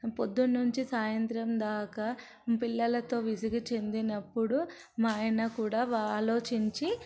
పొద్దున్నుంచి సాయంత్రం దాకా పిల్లలతో విసిగిచెందినప్పుడు మా ఆయన కూడా ఆలోచించి